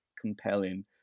compelling